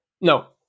no